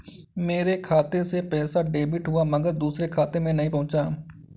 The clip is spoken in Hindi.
मेरे खाते से पैसा डेबिट हुआ मगर दूसरे खाते में नहीं पंहुचा